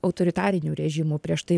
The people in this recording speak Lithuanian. autoritariniu režimu prieš tai